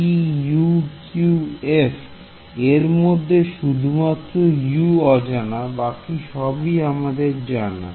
WpUqf এরমধ্যে শুধুমাত্র U অজানা বাকি সব জানা